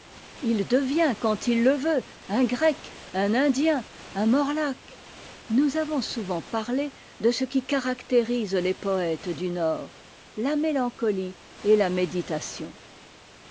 il devient quand ihe veut un grec un indien t un mo rtaque nous avons souvent parm de ce qui caractérise les poètes du ord la mé ancoiie et ta méditation